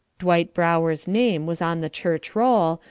dwight brower's name was on the church-roll,